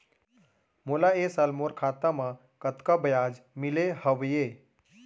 मोला ए साल मोर खाता म कतका ब्याज मिले हवये?